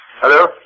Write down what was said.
Hello